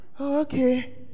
okay